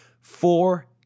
four